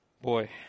Boy